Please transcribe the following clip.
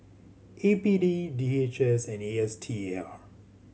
A P D D H S and A S T A R